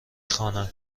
خوانم